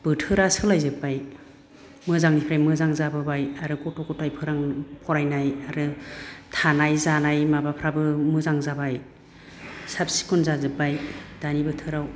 बोथोरा सोलायजोबबाय मोजांनिफ्राय मोजां जाबोबाय आरो गथ' ग'थाइ फोरों फरायनाय आरो थानाय जानाय माबाफ्राबो मोजां जाबाय साब सिखन जाजोबबाय दानि बोथोराव